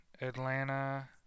Atlanta